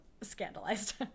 scandalized